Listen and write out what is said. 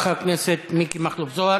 תודה רבה, חבר הכנסת מיקי מכלוף זוהר.